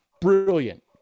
brilliant